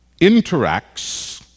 interacts